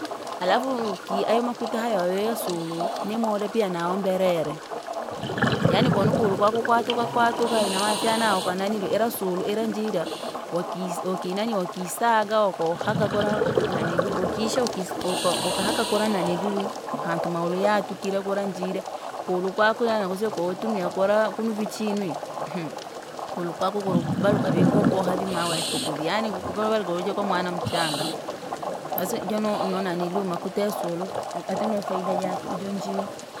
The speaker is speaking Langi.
Alafu kii ayo makuta hayohayo ya sulu, ni moda pia na wamberere, yaani konukulu kwaku kwatuka kwatuka inamana fyana ukananiiliu ila sulu ira njila, wakisa wakinanii wakisaga wokohakakula kura naniliuu ukisha ukisa huko ukahakakula kura naniliuwi hantu maulu yachukira kura njira, kulu kwaku yani akusire k- utumia kulaa kunu vichinwi, kulu kwakukulu baluka vi kwaoboha vimawe koo tuku vii yaani kuku vavaluka kuju kwamwana machanga. Bosi jono nonaniliu makuta yasulu, ati nafaida jachu jo njiyo.